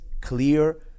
clear